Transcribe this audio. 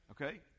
Okay